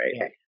right